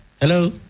Hello